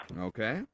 Okay